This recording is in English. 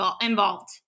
involved